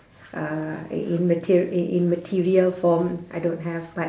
uh i~ in mater~ i~ in material form I don't have but